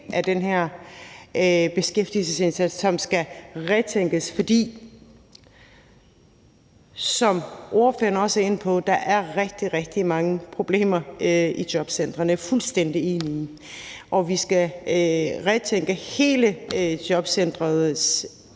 af den beskæftigelsesindsats, som skal gentænkes, fordi der, som ordføreren også er inde på, er rigtig, rigtig mange problemer i jobcentrene. Det er jeg fuldstændig enig i. Og vi skal gentænke hele jobcenterets